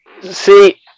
See